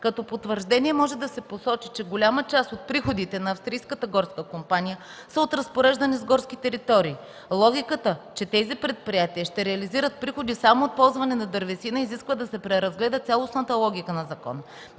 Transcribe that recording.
Като потвърждение може да се посочи, че голяма част на приходите на Австрийската горска компания са от разпореждане с горски територии. Логиката, че тези предприятия ще реализират приходи само от ползване на дървесина, изисква да се преразгледа цялостната логика на закона.